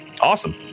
awesome